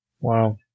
Wow